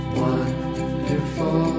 wonderful